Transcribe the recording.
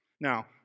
Now